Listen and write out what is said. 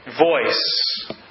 voice